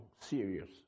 serious